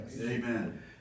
Amen